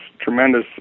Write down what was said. tremendous